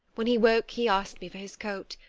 when he woke he asked me for his coat,